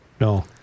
No